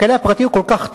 הכלא הפרטי כל כך טוב,